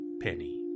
penny